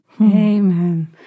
Amen